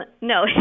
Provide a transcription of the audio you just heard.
No